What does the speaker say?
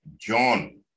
John